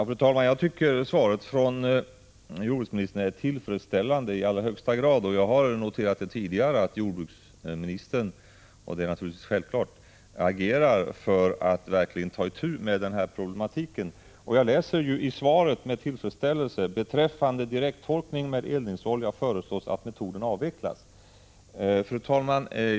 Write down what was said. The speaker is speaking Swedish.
Fru talman! Jag tycker svaret från jordbruksministern är tillfredsställande i allra högsta grad. Jag har tidigare noterat att jordbruksministern självfallet agerar för att verkligen ta itu med den här problematiken. Jag läser med tillfredsställelse i svaret: ”Beträffande direkttorkning med eldningsolja föreslås att metoden avvecklas.” Fru talman!